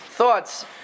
Thoughts